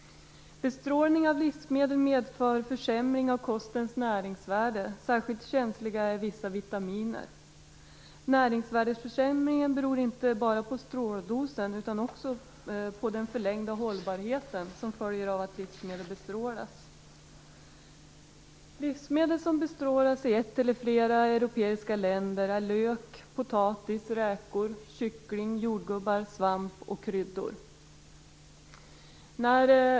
Bestrålning av livsmedel medför en försämring av kostens näringsvärde. Särskilt känsliga är vissa vitaminer. Näringsvärdesförsämringen beror inte bara på stråldosen utan också på den förlängda hållbarhet som följer av att livsmedlet bestrålats. Livsmedel som bestrålas i ett eller flera europeiska länder är lök, potatis, räkor, kyckling, jordgubbar, svamp och kryddor.